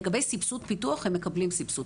לגבי סבסוד פיתוח הם מקבלים.